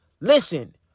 Listen